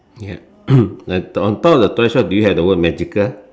ya on on top of the toy shop do you have the word magical